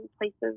places